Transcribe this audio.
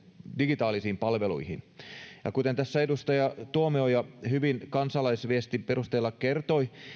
digitaalisiin palveluihin kuten tässä edustaja tuomioja hyvin kansalaisviestin perusteella kertoi